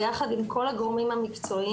ביחד עם כל הגורמים המקצועיים-שוב,